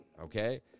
okay